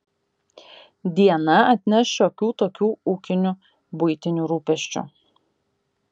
diena atneš šiokių tokių ūkinių buitinių rūpesčių